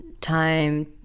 time